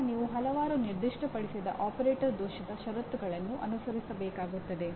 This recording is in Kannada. ಅದನ್ನು ನಾವು ಮುಂದಿನ ಪಠ್ಯದಲ್ಲಿ ಅನ್ವೇಷಿಸುತ್ತೇವೆ